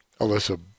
Alyssa